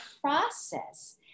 process